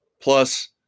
Plus